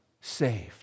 saved